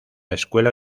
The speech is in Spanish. escuela